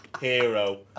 hero